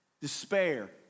Despair